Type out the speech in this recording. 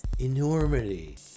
enormity